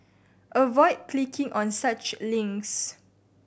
avoid clicking on such links